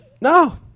no